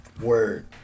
Word